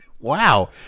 Wow